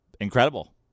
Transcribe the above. incredible